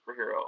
superhero